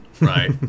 right